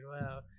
wow